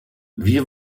wir